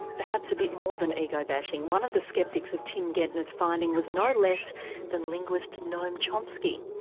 perhaps a bit more than ego bashing, one of the sceptics of tim gentner's finding was no less than linguist noam chomsky.